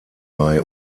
bei